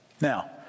Now